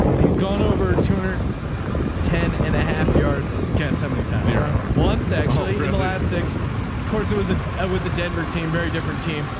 he's gone over two hundred and ten and a half yards. guess how many to zero once actually in the last six course, it was ah with the denver team, very different team.